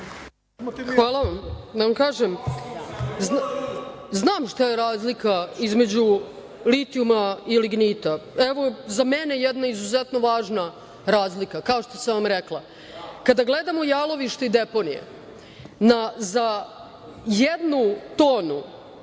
vam kažem – znam šta je razlika između litijuma i lignita. Evo, za mene jedna izuzetno važna razlika, kao što sam vam rekla. Kada gledam u jalovište i deponije za jednu tonu